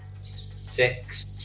Six